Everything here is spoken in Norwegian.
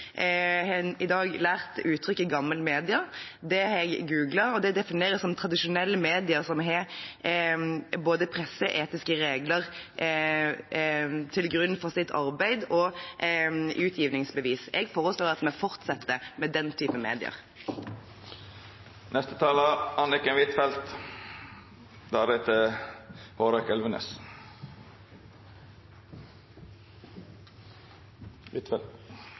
i dag har lært uttrykket «gammelmedia». Det har jeg googlet, og det defineres som tradisjonelle medier som legger presseetiske regler til grunn for både sitt arbeid og sitt utgivningsbevis. Jeg foreslår at vi fortsetter med den typen medier.